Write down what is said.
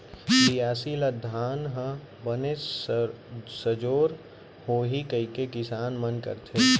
बियासी ल धान ह बने सजोर होही कइके किसान मन करथे